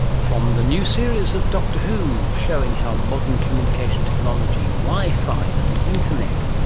from the new series of doctor who, showing how modern communication technology, wi-fi and the internet,